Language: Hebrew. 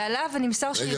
זה עלה, ונמסר שיבדקו ניסוח.